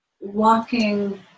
walking